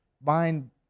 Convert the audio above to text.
buying